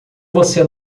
você